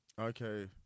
Okay